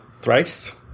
thrice